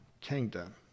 kingdom